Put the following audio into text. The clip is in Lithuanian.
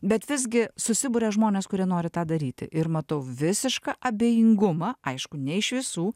bet visgi susiburia žmonės kurie nori tą daryti ir matau visišką abejingumą aišku ne iš visų